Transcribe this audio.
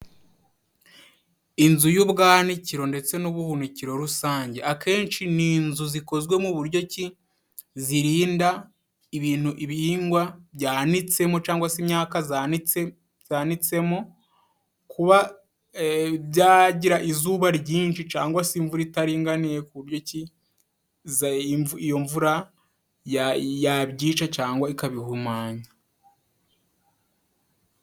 Inzu y'ubwanikiro ndetse n'ubuhunikiro rusange, akenshi ni inzu zikozwe muburyoki zirinda ibintu ibihingwa byanitsemo, cangwa se imyaka zanitsemo byanitsemo kuba byagira izuba ryinshi cangwa se imvura itaringaniye ku buryoki iyomvura yabyica cangwa ikabihumanya.